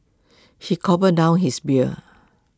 he gulped down his beer